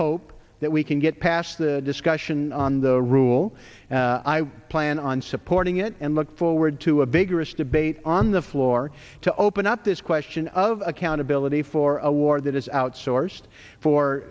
hope that we can get past the discussion on the rule i plan on supporting it and look forward to a bigger issue debate on the floor to open up this question of accountability for a war that is outsourced for